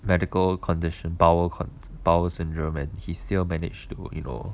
medical condition bowel bowel syndrome and he still manage to work you know